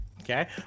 Okay